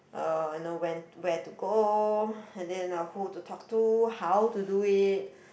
um you know when where to go I didn't know who to talk to how to do it